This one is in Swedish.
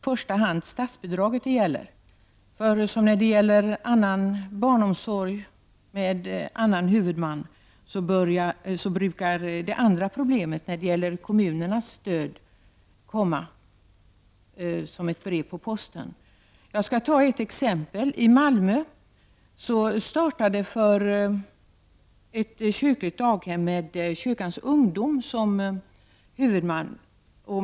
Herr talman! Det gäller naturligtvis i första hand statsbidraget. Beträffande barnomsorg med annan huvudman brukar problemet med kommunernas stöd komma som ett brev på posten. Jag skall ta upp ett exempel. platser och med Kyrkans ungdom som huvudman.